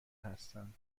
هستم